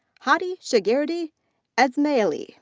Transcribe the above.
hadi shagerdi esmaeeli